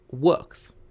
works